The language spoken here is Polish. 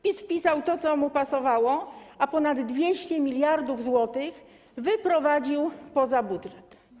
PiS wpisał to, co mu pasowało, a ponad 200 mld zł wyprowadził poza budżet.